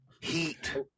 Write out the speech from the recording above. Heat